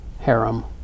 harem